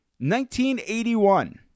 1981